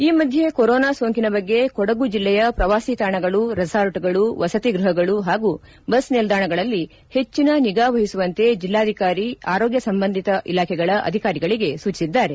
ಈ ಮಧ್ಯೆ ಕೊರೋನಾ ಸೋಂಕಿನ ಬಗ್ಗೆ ಕೊಡಗು ಜಿಲ್ಲೆಯ ಶ್ರವಾಸಿ ತಾಣಗಳು ರೆಸಾರ್ಟ್ಗಳು ವಸತಿ ಗೃಹಗಳು ಹಾಗೂ ಬಸ್ ನಿಲ್ದಾಣಗಳಲ್ಲಿ ಹೆಚ್ಚಿನ ನಿಗಾವಹಿಸುವಂತೆ ಜಿಲ್ಲಾಧಿಕಾರಿ ಆರೋಗ್ಯ ಸಂಬಂಧಿತ ಇಲಾಖೆಗಳ ಅಧಿಕಾರಿಗಳಿಗೆ ಸೂಚಿಸಿದ್ದಾರೆ